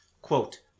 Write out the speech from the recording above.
Quote